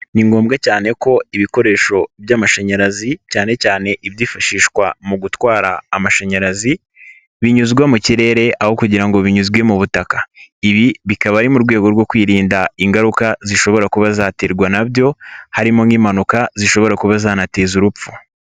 Ni ngombwa cyane ko ibikoresho by'amashanyarazi cyane cyane ibyifashishwa mu gutwara amashanyarazi binyuzwa mu kirere aho kugira ngo binyuzwe mu butaka, ibi bikaba ari mu rwego rwo kwirinda ingaruka zishobora kuba zaterwa na byo harimo nk'impanuka zishobora kuba zanateza urupfu.